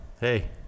hey